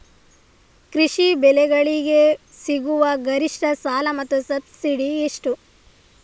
ಕೃಷಿ ಬೆಳೆಗಳಿಗೆ ಸಿಗುವ ಗರಿಷ್ಟ ಸಾಲ ಮತ್ತು ಸಬ್ಸಿಡಿ ಎಷ್ಟು?